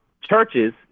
churches